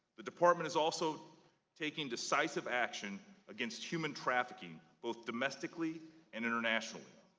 the department is also taking decisive action against human trafficking both domestically and internationally.